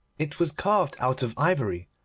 it was carved out of ivory,